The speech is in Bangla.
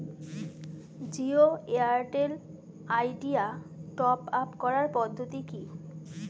জিও এয়ারটেল আইডিয়া টপ আপ করার পদ্ধতি কি?